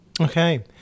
Okay